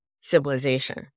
civilization